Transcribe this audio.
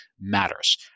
matters